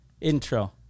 intro